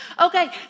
Okay